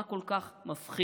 מה כל כך מפחיד,